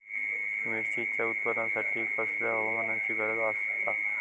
मिरचीच्या उत्पादनासाठी कसल्या हवामानाची गरज आसता?